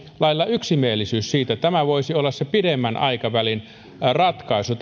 lailla yksimielisyys siitä että tämä voisi olla se pidemmän aikavälin ratkaisu